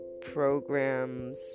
programs